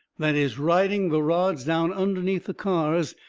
that is riding the rods down underneath the cars,